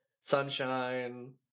sunshine